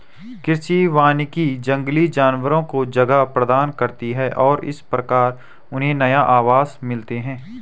कृषि वानिकी जंगली जानवरों को जगह प्रदान करती है और इस प्रकार उन्हें नए आवास मिलते हैं